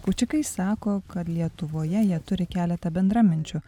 kūčiukai sako kad lietuvoje jie turi keletą bendraminčių